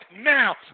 now